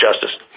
Justice